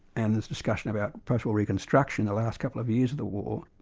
and this discussion about post-war reconstruction the last couple of years of the war,